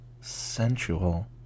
sensual